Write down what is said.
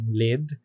lid